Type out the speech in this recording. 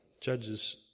Judges